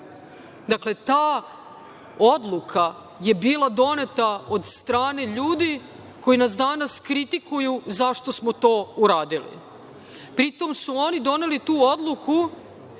IBRD.Dakle, ta odluka je bila doneta od strane ljudi koji nas danas kritikuju zašto smo to uradili, pritom su oni doneli tu odluku